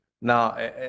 now